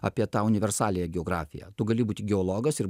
apie tą universaliąją geografiją tu gali būti geologas ir